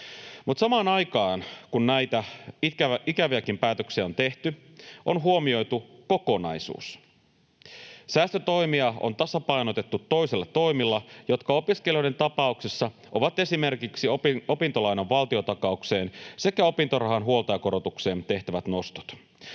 samaan aikaan kun näitä ikäviäkin päätöksiä on tehty, on huomioitu kokonaisuus. Säästötoimia on tasapainotettu toisilla toimilla, jotka opiskelijoiden tapauksessa ovat esimerkiksi opintolainan valtiontakaukseen sekä opintorahan huoltajakorotukseen tehtävät nostot.